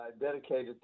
dedicated